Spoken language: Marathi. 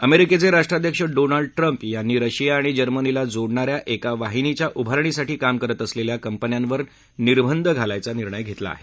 अमेरिकेचे राष्ट्राध्यक्ष डोनाल्ड ट्रम्प यांनी रशिया आणि जर्मनीला जोडणाऱ्या एका वाहिनीच्या उभारणीसाठी काम करत असलेल्या कंपन्यांवर निर्बंध घालायचा निर्णय घेतला आहे